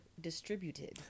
distributed